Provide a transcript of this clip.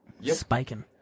spiking